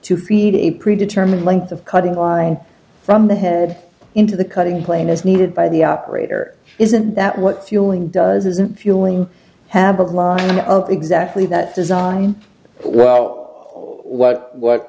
to feed a pre determined length of cutting line from the head into the cutting plane is needed by the operator isn't that what fuelling does isn't fuelling habit line of exactly that design but well what what